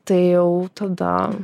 tai jau tada